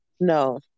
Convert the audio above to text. No